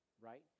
right